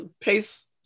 Pace